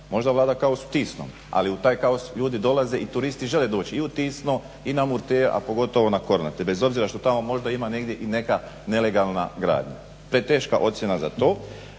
Možda vlada kaos u Tisnom, ali u taj kaos ljudi dolaze i turisti žele doći i u Tisno, i na Murter a pogotovo na Kornate bez obzira što tamo možda ima negdje i neka nelegalna gradnja. Preteška ocjena za to.